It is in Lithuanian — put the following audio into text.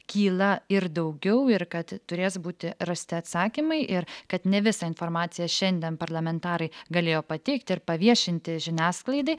kyla ir daugiau ir kad turės būti rasti atsakymai ir kad ne visą informaciją šiandien parlamentarai galėjo pateikti ir paviešinti žiniasklaidai